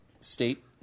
state